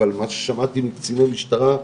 אבל מה ששמעתי מקציני משטרה,